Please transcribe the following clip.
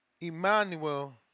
Emmanuel